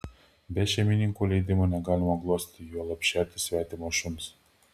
be šeimininko leidimo negalima glostyti juolab šerti svetimo šuns